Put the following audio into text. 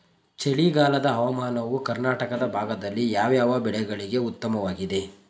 ಚಳಿಗಾಲದ ಹವಾಮಾನವು ಕರ್ನಾಟಕದ ಭಾಗದಲ್ಲಿ ಯಾವ್ಯಾವ ಬೆಳೆಗಳಿಗೆ ಉತ್ತಮವಾಗಿದೆ?